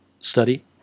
study